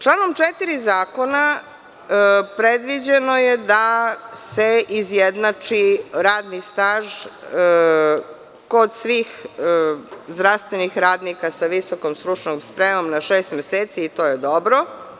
Članom 4. zakona predviđeno je da se izjednači radni staž kod svih zdravstvenih radnika sa visokom stručnom spremom na šest meseci i to je dobro.